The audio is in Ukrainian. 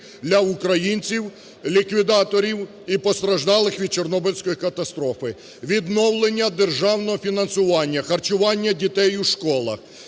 для українців- ліквідаторів і постраждалих від Чорнобильської катастрофи, відновлення державного фінансування, харчування дітей у школах,